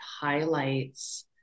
highlights